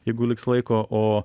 jeigu liks laiko o